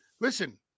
Listen